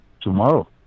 tomorrow